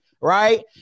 right